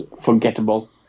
forgettable